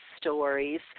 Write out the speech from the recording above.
stories